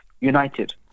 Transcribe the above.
united